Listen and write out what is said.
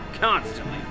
constantly